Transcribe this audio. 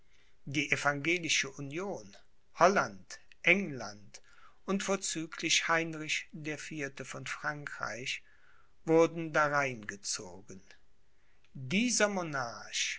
die evangelische union holland england und vorzüglich heinrich der vierte von frankreich wurden darein gezogen dieser